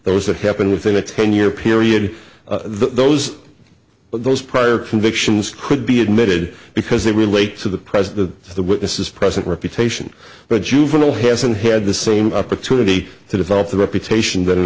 that happened within a ten year period those those prior convictions could be admitted because they relate to the president the witnesses present reputation but juvenile hasn't had the same opportunity to develop the reputation tha